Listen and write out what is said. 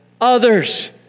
others